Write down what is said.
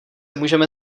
můžeme